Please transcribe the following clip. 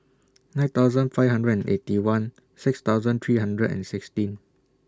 nine thousand five hundred and Eighty One six thousand three hundred and sixteen